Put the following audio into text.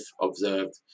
observed